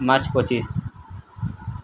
March ପଚିଶ